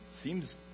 seems